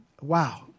Wow